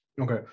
Okay